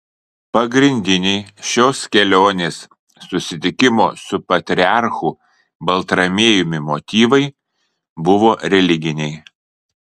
pagrindiniai šios kelionės susitikimo su patriarchu baltramiejumi motyvai buvo religiniai